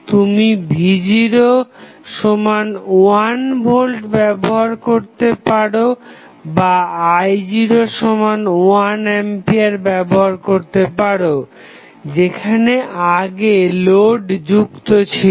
তুমি v0 সমান 1 volt ব্যবহার করতে পারো বা i0 সমান 1 আম্পিয়ার ব্যবহার করতে পারো যেখানে আগে লোড যুক্ত ছিল